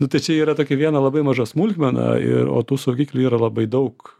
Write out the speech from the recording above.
nu tai čia yra tokia viena labai maža smulkmena ir o tų saugiklių yra labai daug